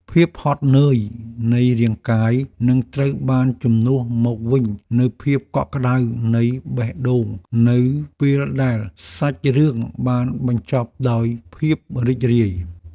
ភាពហត់នឿយនៃរាងកាយនឹងត្រូវបានជំនួសមកវិញនូវភាពកក់ក្ដៅនៃបេះដូងនៅពេលដែលសាច់រឿងបានបញ្ចប់ដោយភាពរីករាយ។